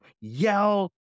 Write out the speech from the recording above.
yell